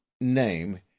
name